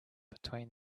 between